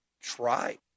try